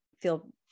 feel